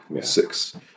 six